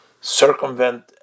circumvent